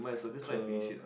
so